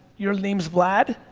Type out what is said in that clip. your name's vlad?